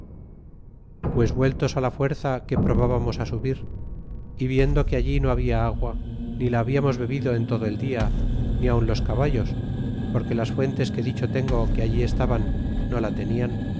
pues vueltos á la fuerza que probábamos á subir é viendo que allí no habla agua ni la hablamos bebido en todo el dia ni aun los caballos porque las fuentes que dicho tengo que allí estaban no la tenían